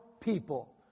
people